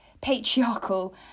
patriarchal